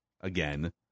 again